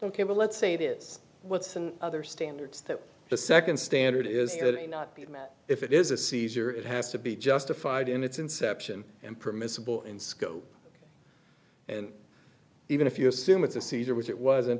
ok let's say that is what some other standards that the second standard is that if it is a seizure it has to be justified in its inception and permissible in scope and even if you assume it's a seizure which it wasn't